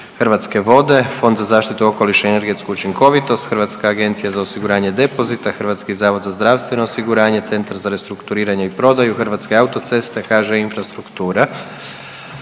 Hrvatske ceste, Fond za zaštitu okoliša i energetsku učinkovitost, Hrvatsku agenciju za osiguranje depozita, Hrvatski zavod za zdravstveno osiguranje, Centar za restrukturiranje i prodaju, Hrvatske autoceste i HŽ Infrastrukturu.